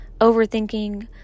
overthinking